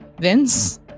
Vince